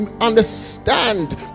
understand